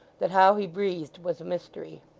that how he breathed was a mystery.